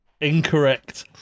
Incorrect